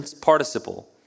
participle